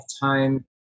time